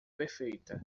perfeita